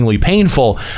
Painful